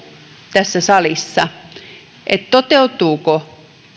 tässä salissa siitä toteutuuko